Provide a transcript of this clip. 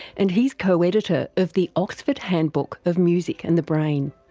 and he's co-editor of the oxford handbook of music and the brain.